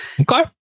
Okay